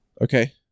okay